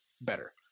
better